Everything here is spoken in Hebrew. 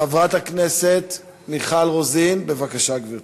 חברת הכנסת מיכל רוזין, בבקשה, גברתי.